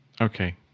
okay